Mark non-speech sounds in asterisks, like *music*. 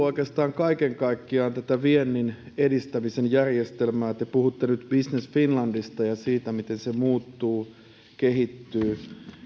*unintelligible* oikeastaan kaiken kaikkiaan tähän viennin edistämisen järjestelmään te puhutte nyt business finlandista ja siitä miten se muuttuu kehittyy